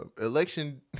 election